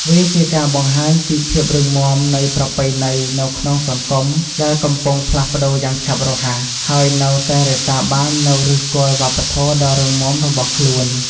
វាជាការបង្ហាញពីភាពរឹងមាំនៃប្រពៃណីនៅក្នុងសង្គមដែលកំពុងផ្លាស់ប្ដូរយ៉ាងឆាប់រហ័ស ហើយនៅតែរក្សាបាននូវឫសគល់វប្បធម៌ដ៏រឹងមាំរបស់ខ្លួន។